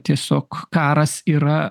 tiesiog karas yra